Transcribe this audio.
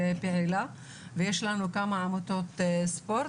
כמה עמותות ספורט,